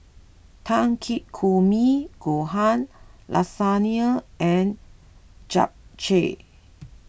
Takikomi Gohan Lasagne and Japchae